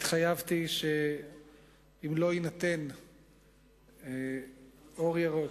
והתחייבתי שאם לא יינתן אור ירוק,